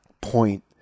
point